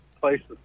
places